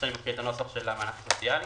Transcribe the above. יש נוסח מענק סוציאלי: